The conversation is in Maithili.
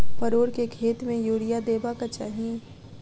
परोर केँ खेत मे यूरिया देबाक चही?